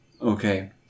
Okay